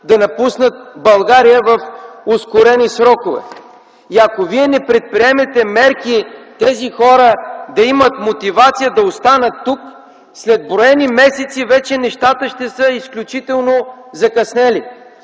да напуснат България в ускорени срокове. Ако вие не предприемете мерки тези хора да имат мотивация да останат тук, след броени месеци вече нещата ще са изключително закъснели.